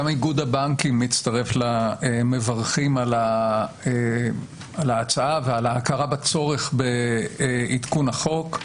גם איגוד הבנקים מצטרף למברכים על ההצעה ועל ההכרה בצורך בעדכון החוק.